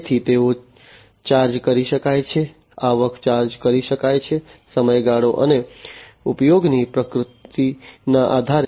તેથી તેઓ ચાર્જ કરી શકાય છે આવક ચાર્જ કરી શકાય છે સમયગાળો અને ઉપયોગની પ્રકૃતિના આધારે